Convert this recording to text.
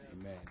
Amen